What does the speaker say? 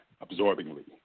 absorbingly